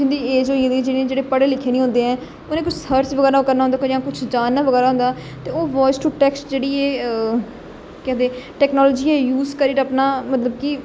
जिंदी ऐज होई गेदी जिनेंगी जेहडे़ पढे लिखे दे नेईं होंदे ऐ उनेंगी कुछ जानना बगैरा होंदा ते ओह् बाउइस टू टेक्सट जेहड़ी ऐ केह् आक्खदे टेक्नोलाॅजी ऐ यूज करियै अपना मतलब कि